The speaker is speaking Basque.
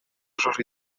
jaso